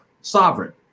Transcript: sovereign